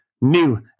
new